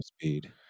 speed